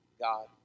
God